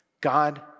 God